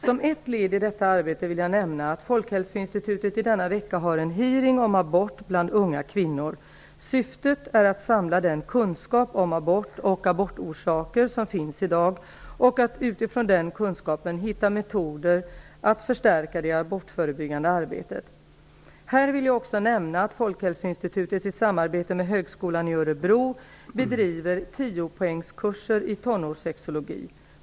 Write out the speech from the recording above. Som ett led i detta arbete vill jag nämna att Folkhälsoinstitutet i denna vecka har en hearing om abort bland unga kvinnor. Syftet är att samla den kunskap om abort och abortorsaker som finns i dag och att utifrån den kunskapen hitta metoder att förstärka det abortförebyggande arbetet. Här vill jag också nämna att Folkhälsoinstitutet i samarbete med Högskolan i Örebro bedriver 10 poängskurser i tonårssexologi.